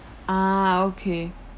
ah okay